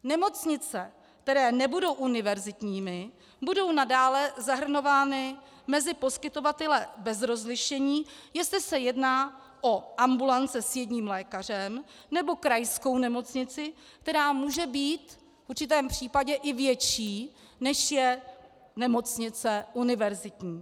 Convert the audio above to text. Nemocnice, které nebudou univerzitními, budou nadále zahrnovány mezi poskytovatele bez rozlišení, jestli se jedná o ambulance s jedním lékařem, nebo krajskou nemocnici, která může být v určitém případě i větší, než je nemocnice univerzitní.